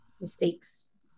mistakes